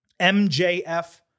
MJF